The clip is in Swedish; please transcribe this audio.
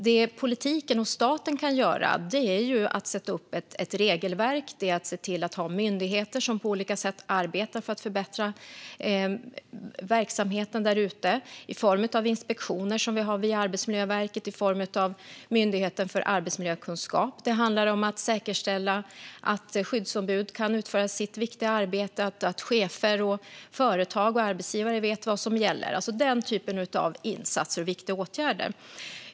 Det som politiken och staten kan göra är att sätta upp ett regelverk och se till att ha myndigheter som på olika sätt arbetar för att förbättra verksamheten där ute, i form av inspektioner som vi har via Arbetsmiljöverket och i form av Myndigheten för arbetsmiljökunskap. Det handlar om att säkerställa att skyddsombud kan utföra sitt viktiga arbete och att chefer, företag och arbetsgivare vet vad som gäller. Det gäller alltså den typen av insatser och viktiga åtgärder.